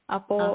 Apo